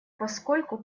поскольку